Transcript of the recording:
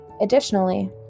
Additionally